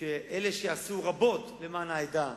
שאלה שעשו רבות למען העדה